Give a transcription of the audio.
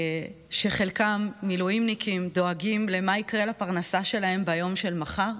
חלקם מילואימניקים שדואגים מה יקרה לפרנסה שלהם ביום של מחר,